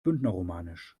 bündnerromanisch